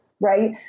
right